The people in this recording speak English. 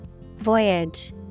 Voyage